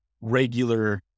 regular